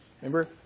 Remember